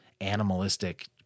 animalistic